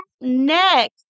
Next